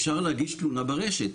אפשר להגיש תלונה ברשת.